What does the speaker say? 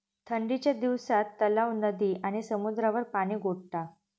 ठंडीच्या दिवसात तलाव, नदी आणि समुद्रावर पाणि गोठता